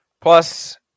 Plus